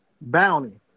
bounty